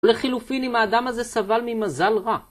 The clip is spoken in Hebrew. לחילופין, אם האדם הזה סבל ממזל רע.